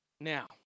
Now